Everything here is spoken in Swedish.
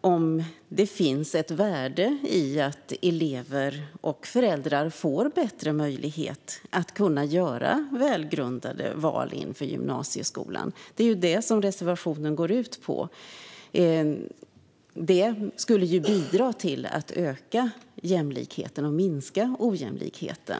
om det finns ett värde i att elever och föräldrar får bättre möjlighet att göra välgrundade val inför gymnasieskolan. Det är ju det som reservationen går ut på. Det skulle bidra till att öka jämlikheten och minska ojämlikheten.